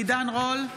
עידן רול,